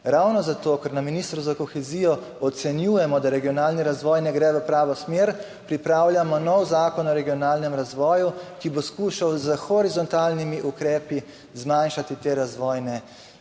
ravno zato, ker na Ministrstvu za kohezijo ocenjujemo, da regionalni razvoj ne gre v pravo smer, pripravljamo nov Zakon o regionalnem razvoju, ki bo skušal s horizontalnimi ukrepi zmanjšati te razvojne razlike.